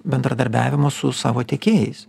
bendradarbiavimo su savo tiekėjais